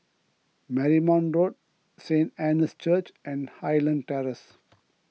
Marymount Road Saint Anne's Church and Highland Terrace